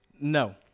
No